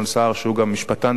שהוא גם משפטן דגול,